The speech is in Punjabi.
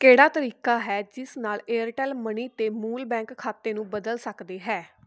ਕਿਹੜਾ ਤਰੀਕਾ ਹੈ ਜਿਸ ਨਾਲ ਏਅਰਟੈੱਲ ਮਨੀ ਅਤੇ ਮੂਲ ਬੈਂਕ ਖਾਤੇ ਨੂੰ ਬਦਲ ਸਕਦੇ ਹੈ